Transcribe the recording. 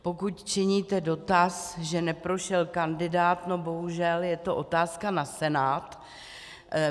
Pokud činíte dotaz, že neprošel kandidát, no bohužel je to otázka na Senát.